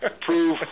prove